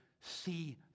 see